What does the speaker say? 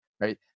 right